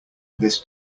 this